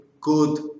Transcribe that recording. good